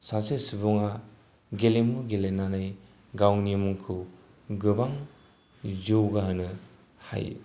सासे सुबुङा गेलेमु गेलेनानै गावनि मुंखौ गोबां जौगाहोनो हायो